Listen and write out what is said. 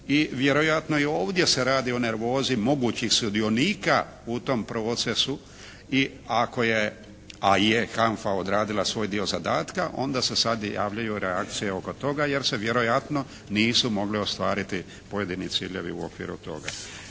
i vjerojatno i ovdje se radi o nervozi mogućih sudionika u tom procesu i ako je, a je HANFA odradila svoj dio zadatka onda se sad i javljaju reakcije oko toga jer se vjerojatno nisu mogle ostvariti pojedini ciljevi u okviru toga.